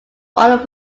all